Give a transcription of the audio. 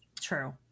true